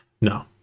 no